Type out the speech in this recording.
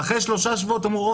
ואחרי שלושה שבועות אמרו,